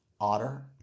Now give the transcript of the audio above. otter